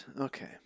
okay